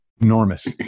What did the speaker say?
enormous